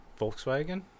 Volkswagen